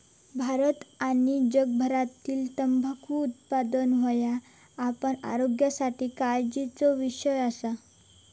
भारत आणि जगभरातील तंबाखू उत्पादन ह्यो आपल्या आरोग्यासाठी काळजीचो विषय असा